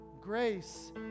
Grace